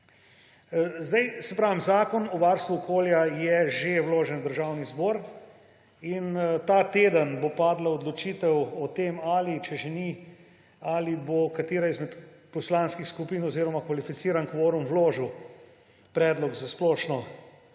naši odločitvi. Zakon o varstvu okolja je že vložen v Državni zbor. Ta teden bo padla odločitev o tem, če že ni, ali bo katera izmed poslanskih skupin oziroma kvalificiran kvorum vložil predlog za splošno